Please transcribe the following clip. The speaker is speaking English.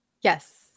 Yes